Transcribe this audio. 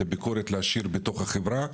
את הביקורת להשאיר בתוך החברה,